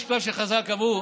יש כלל שחז"ל קבעו,